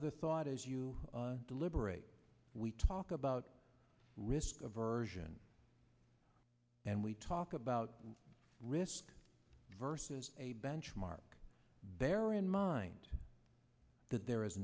other thought as you deliberate we talk about risk aversion and we talk about risk versus a benchmark bear in mind that there is